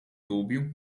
dubju